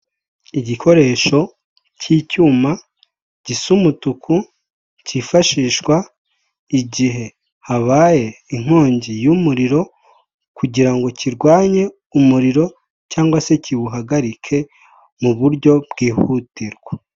Igikoresho cy'icyuma gisa umutuku, cyifashishwa igihe habaye inkongi y'umuriro, kugira ngo kirwanye umuriro, cyangwa se kiwuhagarike mu buryo bwihutirwa.